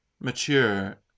mature